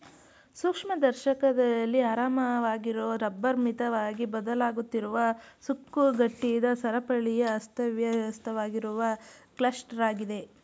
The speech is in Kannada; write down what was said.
ಸೂಕ್ಷ್ಮದರ್ಶಕದಲ್ಲಿ ಆರಾಮವಾಗಿರೊ ರಬ್ಬರ್ ಮಿತವಾಗಿ ಬದಲಾಗುತ್ತಿರುವ ಸುಕ್ಕುಗಟ್ಟಿದ ಸರಪಳಿಯ ಅಸ್ತವ್ಯಸ್ತವಾಗಿರುವ ಕ್ಲಸ್ಟರಾಗಿದೆ